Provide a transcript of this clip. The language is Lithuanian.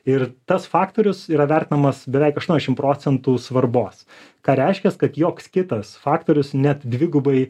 ir tas faktorius yra vertinamas beveik aštuoniasdešim procentų svarbos ką reiškias kad joks kitas faktorius net dvigubai